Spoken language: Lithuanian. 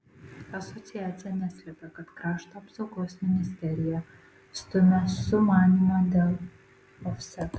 asociacija neslepia kad krašto apsaugos ministerija stumia sumanymą dėl ofseto